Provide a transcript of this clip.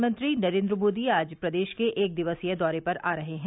प्रधानमंत्री नरेन्द्र मोदी आज प्रदेश के एक दिवसीय दौरे पर आ रहे हैं